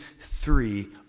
three